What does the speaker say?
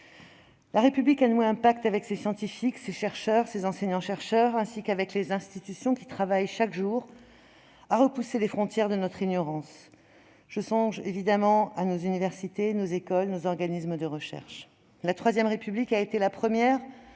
La République a noué un pacte avec ses scientifiques, ses chercheurs, ses enseignants-chercheurs, ainsi qu'avec les institutions qui travaillent chaque jour à repousser les frontières de notre ignorance. Je songe évidemment à nos universités, nos écoles et nos organismes de recherche. La III République a été la première